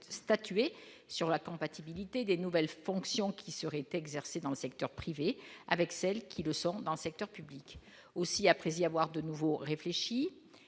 s'statuer sur la compatibilité des nouvelles fonctions qui serait exercée dans le secteur privé avec celles qui le seront dans le secteur public aussi, après y avoir de nouveau réfléchit